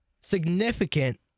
significant